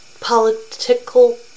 political